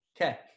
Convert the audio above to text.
Okay